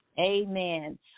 Amen